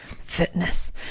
fitness